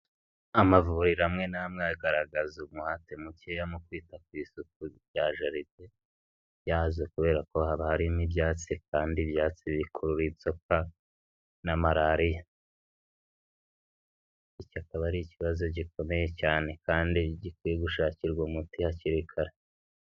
Amavuriro amwe n'amwe agaragaza umuhate mukeya, mu kwita ku isuku rya jaride yazo, kubera ko haba harimo ibyatsi kandi ibyatsi bikurura inzoka na malariya, icyo akaba ari ikibazo gikomeye cyane kandi gikwiye gushakirwa umuti hakiri kare.